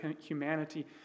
humanity